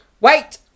Wait